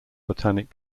botanic